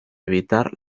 evitar